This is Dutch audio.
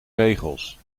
regels